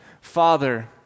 Father